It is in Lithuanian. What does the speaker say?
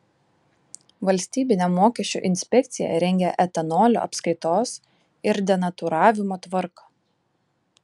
valstybinė mokesčių inspekcija rengią etanolio apskaitos ir denatūravimo tvarką